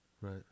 Right